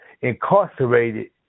incarcerated